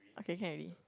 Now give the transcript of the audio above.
okay can already